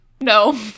no